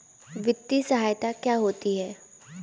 वित्तीय सहायता क्या होती है?